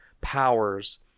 powers